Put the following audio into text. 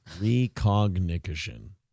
Recognition